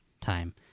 time